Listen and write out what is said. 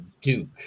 Duke